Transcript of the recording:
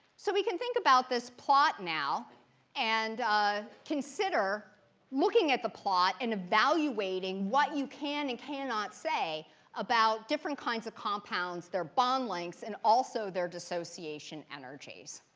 so we can think about this plot now and consider looking at the plot and evaluating what you can and cannot say about different kinds of compounds, their bond lengths, and also their dissociation energies.